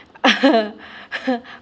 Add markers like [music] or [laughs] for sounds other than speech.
[laughs]